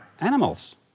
animals